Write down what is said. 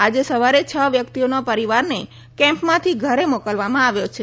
આજે સવારે છ વ્યક્તોનો પરિવારને કેમ્પમાંથી ઘરે મોકલવામાં આવ્યો છે